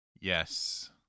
yes